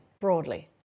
broadly